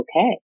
okay